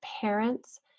parents